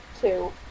two